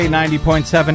90.7